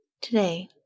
Today